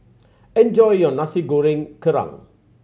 enjoy your Nasi Goreng Kerang